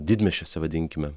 didmiesčiuose vadinkime